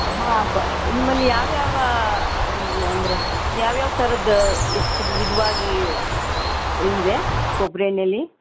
ಹಾಂ ಪ ನಿಮ್ಮಲ್ಲಿ ಯಾವ ಯಾವ ಅಂದರೆ ಯಾವ್ಯಾವ ಥರದ್ದು ಎಷ್ಟು ವಿಧವಾಗಿ ಇದೆ ಕೊಬ್ಬರಿ ಎಣ್ಣೇಲಿ